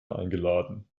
eingeladen